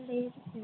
లేదు సార్